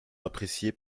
appréciée